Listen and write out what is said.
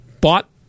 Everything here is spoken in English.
bought